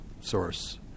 source